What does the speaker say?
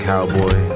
cowboy